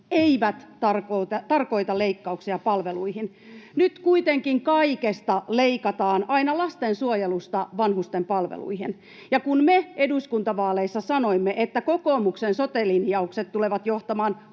eivät tarkoita leikkauksia palveluihin. Nyt kuitenkin kaikesta leikataan aina lastensuojelusta vanhusten palveluihin. Ja kun me eduskuntavaaleissa sanoimme, että kokoomuksen sote-linjaukset tulevat johtamaan